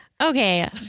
Okay